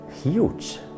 huge